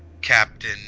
captain